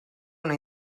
una